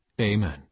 Amen